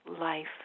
life